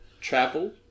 travel